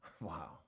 Wow